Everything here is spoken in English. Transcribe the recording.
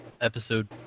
episode